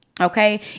Okay